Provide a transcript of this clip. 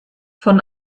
von